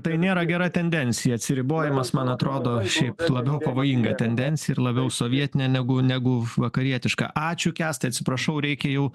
tai nėra gera tendencija atsiribojimas man atrodo šiaip labiau pavojinga tendencija ir labiau sovietinė negu negu vakarietiška ačiū kęstai atsiprašau reikia jau